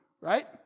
right